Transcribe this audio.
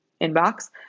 inbox